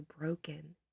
broken